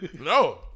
No